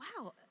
wow